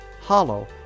Hollow